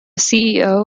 ceo